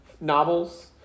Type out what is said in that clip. novels